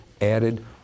added